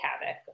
havoc